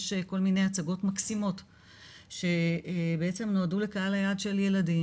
יש כל מיני הצגות מקסימות שבעצם נועדו לקהל היעד של הילדים